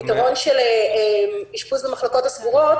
הפתרון של אשפוז במחלקות הסגורות